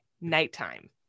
nighttime